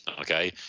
okay